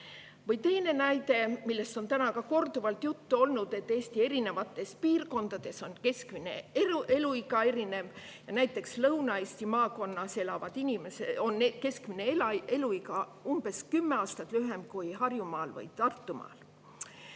Või teine näide, millest on täna ka korduvalt juttu olnud, et Eesti erinevates piirkondades on keskmine eluiga erinev, näiteks Lõuna-Eesti maakonnas on keskmine eluiga umbes kümme aastat lühem kui Harjumaal või Tartumaal.